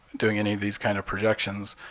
doing any of these kind of projections.